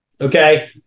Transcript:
Okay